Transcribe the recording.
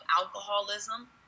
alcoholism